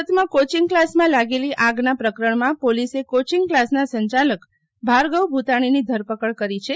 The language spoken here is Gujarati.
સુરતમાં કોચિંગ ક્લાસમાં લાગેલી આગના પ્રકરણમાં પોલીસે કોચિંગ ક્લાસના સંચાલક ભાર્ગવ ભુતાજીની ધરપકડ કરી છે